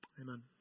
amen